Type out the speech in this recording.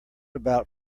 about